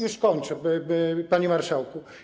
Już kończę, panie marszałku.